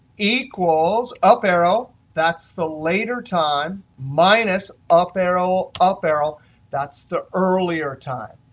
equals, up arrow that's the later time minus up arrow, up arrow that's the earlier time.